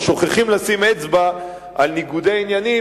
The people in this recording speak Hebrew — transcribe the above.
אבל שוכחים לשים אצבע על ניגודי עניינים